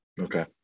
Okay